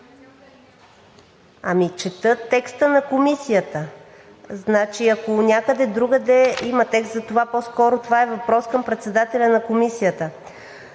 Ами чета текста на Комисията. Значи, ако някъде другаде има текст за това – това по-скоро е въпрос към председателя на Комисията.